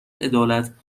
عدالت